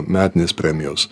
metinės premijos